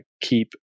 keep